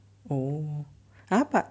oh !huh! but